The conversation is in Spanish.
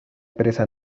presa